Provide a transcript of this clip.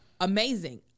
amazing